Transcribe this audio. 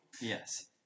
Yes